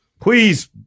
Please